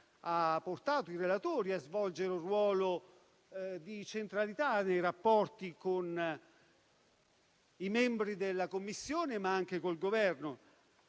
ha portato i relatori a svolgere un ruolo di centralità nei rapporti con i membri della Commissione, ma anche col Governo,